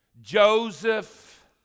Joseph